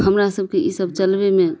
हमरा सबके ई सब चलबैमे